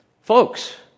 Folks